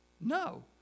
No